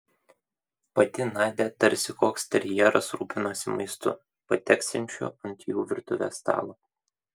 pati nadia tarsi koks terjeras rūpinosi maistu pateksiančiu ant jų virtuvės stalo